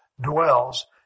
dwells